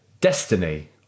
destiny